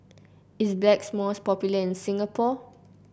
is Blackmores popular in Singapore